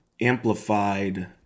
amplified